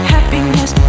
Happiness